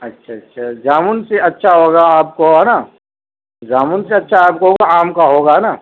اچھا اچھا جامن سے اچھا ہوگا آپ کو ہے نا جامن سے اچھا آپ کو آم کا ہوگا ہے نا